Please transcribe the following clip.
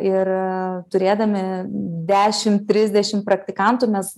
ir turėdami dešim trisdešim praktikantų mes